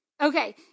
Okay